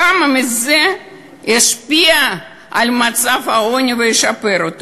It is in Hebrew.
כמה מזה ישפיע על מצב העוני וישפר אותו?